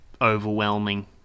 overwhelming